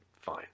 fine